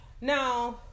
now